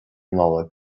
nollag